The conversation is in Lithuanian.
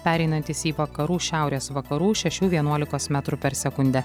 pereinantis į vakarų šiaurės vakarų šešių vienuolikos metrų per sekundę